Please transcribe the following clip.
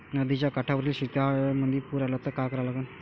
नदीच्या काठावरील शेतीमंदी पूर आला त का करा लागन?